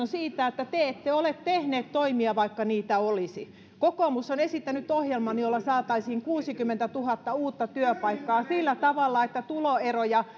siitä että te ette ole tehneet toimia vaikka niitä olisi kokoomus on esittänyt ohjelman jolla saataisiin kuusikymmentätuhatta uutta työpaikkaa sillä tavalla että tuloeroja